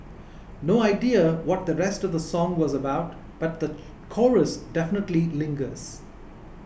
no idea what the rest of the song was about but the chorus definitely lingers